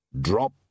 Drop